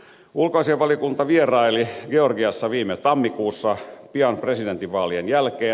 ulkoasiainvaliokunta vieraili georgiassa viime tammikuussa pian presidentinvaalien jälkeen